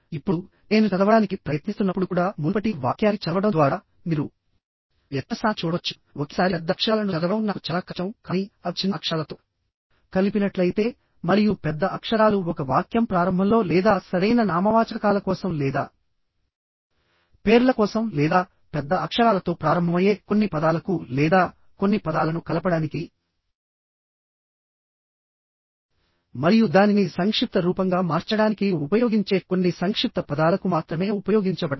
ఇప్పుడునేను చదవడానికి ప్రయత్నిస్తున్నప్పుడు కూడా మునుపటి వాక్యాన్ని చదవడం ద్వారా మీరు వ్యత్యాసాన్ని చూడవచ్చుఒకేసారి పెద్ద అక్షరాలను చదవడం నాకు చాలా కష్టం కానీ అవి చిన్న అక్షరాలతో కలిపినట్లయితే మరియు పెద్ద అక్షరాలు ఒక వాక్యం ప్రారంభంలో లేదా సరైన నామవాచకాల కోసం లేదా పేర్ల కోసం లేదా పెద్ద అక్షరాలతో ప్రారంభమయ్యే కొన్ని పదాలకు లేదా కొన్ని పదాలను కలపడానికి మరియు దానిని సంక్షిప్త రూపంగా మార్చడానికి ఉపయోగించే కొన్ని సంక్షిప్త పదాలకు మాత్రమే ఉపయోగించబడతాయి